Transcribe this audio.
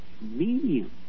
Medium